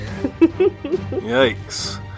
Yikes